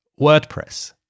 WordPress